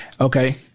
Okay